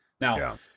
Now